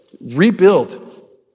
rebuild